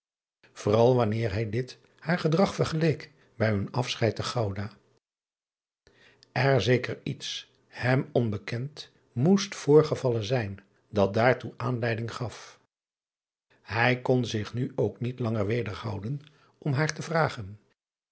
uisman afscheid te ouda er zeker iets hem onbekend moest voorgevallen zijn dat daartoe aanleiding gaf ij kon zich nu ook niet langer wederhouden om haar te vragen